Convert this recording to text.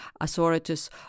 authorities